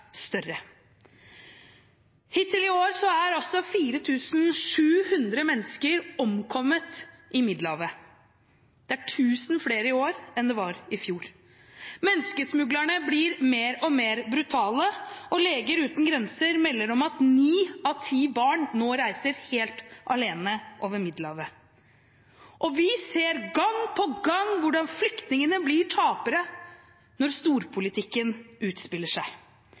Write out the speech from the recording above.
større. Hittil i år har altså 4 700 mennesker omkommet i Middelhavet. Det er tusen flere i år enn det var i fjor. Menneskesmuglerne blir mer og mer brutale, og Leger Uten Grenser melder at ni av ti barn nå reiser helt alene over Middelhavet. Vi ser gang på gang hvordan flyktningene blir tapere når storpolitikken utspiller seg